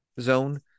zone